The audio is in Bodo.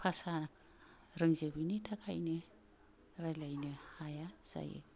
भासा रोंजोबैनि थाखायनो रायलायनो हाया जायो